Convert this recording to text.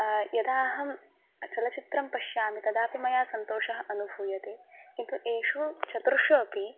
यदा अहं चलच्चित्रं पश्यामि तदा मया सन्तोषः अनुभूयते किन्तु एषु चतुर्षु अपि